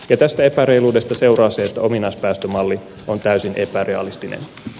tästä epäreiluudesta seuraa se että ominaispäästömalli on täysin epärealistinen